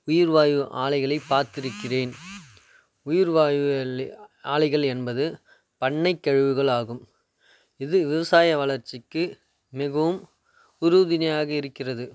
உயிர்வாய்வு ஆலைகளை பார்த்திருக்கிறேன் உயிர்வாய்வு லெ ஆலைகள் என்பது பண்ணை கழிவுகள் ஆகும் இது விவசாய வளர்ச்சிக்கு மிகவும் உறுதுணையாக இருக்கிறது